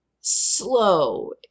slow